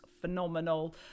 phenomenal